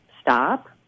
stop